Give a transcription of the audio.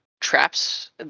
traps